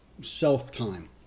self-time